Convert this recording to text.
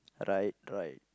right right